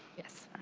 yes. and